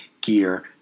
Gear